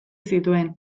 zituen